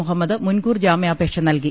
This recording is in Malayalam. മുഹ മ്മദ് മുൻകൂർ ജാമ്യാപേക്ഷ നൽകി